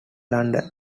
london